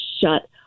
shut